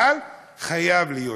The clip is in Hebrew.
אבל חייב להיות משהו.